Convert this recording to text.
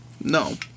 No